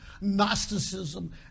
Gnosticism